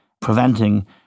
preventing